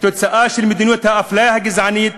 תוצאה של מדיניות האפליה הגזענית.